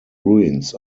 ruins